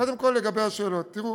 קודם כול, לגבי השאלות, תראו,